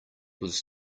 was